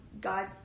God